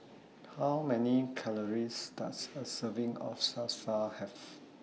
How Many Calories Does A Serving of Salsa Have